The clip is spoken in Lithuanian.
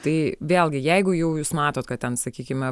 tai vėlgi jeigu jau jūs matot kad ten sakykime